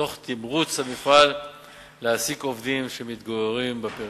תוך תמרוץ המפעל להעסיק עובדים שמתגוררים בפריפריה.